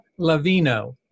Lavino